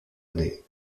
année